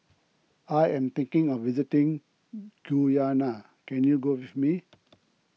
I am thinking of visiting Guyana can you go with me